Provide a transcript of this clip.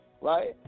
right